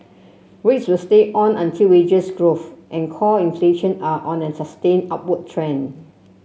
rates will stay on until wages growth and core inflation are on a sustained upward trend